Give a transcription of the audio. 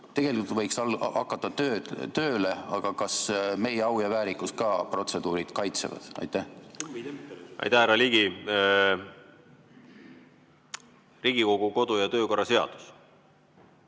Tegelikult võiks hakata tööle. Kas meie au ja väärikust ka protseduurid kaitsevad? Aitäh, härra Ligi! Riigikogu kodu- ja töökorra seadus